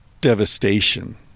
devastation